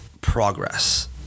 progress